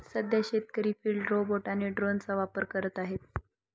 सध्या शेतकरी field robot आणि ड्रोनचा वापर करत आहेत